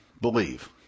believe